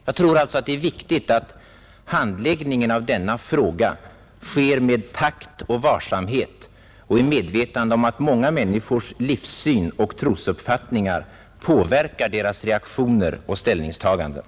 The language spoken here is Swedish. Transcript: Jag tror alltså att det är viktigt att denna fråga handläggs med takt och varsamhet och i medvetande om att många människors livssyn och trosuppfattning påverkar deras reaktioner och ställningstaganden.